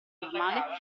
normale